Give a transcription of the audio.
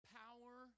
power